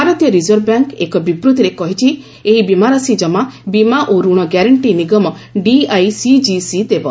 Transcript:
ଭାରତୀୟ reserve bank ଏକ ବିବୃତ୍ତିରେ କହିଛି ଏହି ବୀମାରାଶି କ୍ରମା ବୀମା ଓ ରଣ ଗ୍ୟାରେଣ୍ଟି ନିଗମ ଡିଆଇସିଜିସି ଦେବ